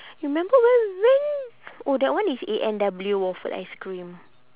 remember where we went oh that one is A&W waffle ice cream